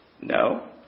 No